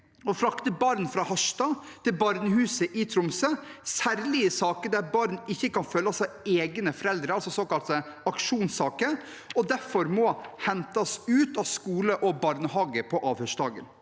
å frakte barn fra Harstad til barnehuset i Tromsø. Det gjelder særlig i saker der barn ikke kan følges av egne foreldre, altså såkalte aksjonssaker, og derfor må hentes ut av skole og barnehage på avhørsdagen.